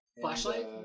flashlight